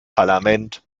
parlament